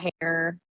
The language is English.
hair